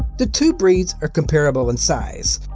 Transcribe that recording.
the two breeds are comparable in size,